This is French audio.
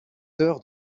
heures